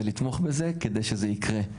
ולתמוך בזה כדי שזה יקרה.